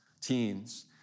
teens